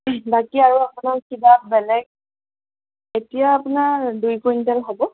বাকী আৰু আপোনাক কিবা বেলেগ এতিয়া আপোনাৰ দুই কুইণ্টল হ'ব